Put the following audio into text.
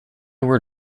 were